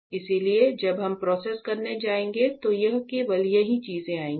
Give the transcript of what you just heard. इसलिए जब हम प्रोसेस करने जाएंगे तो यहां केवल यही चीजें आएंगी